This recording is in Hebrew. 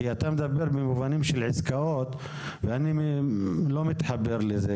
כי אתה מדבר במושגים של עסקאות ואני לא מתחבר לזה.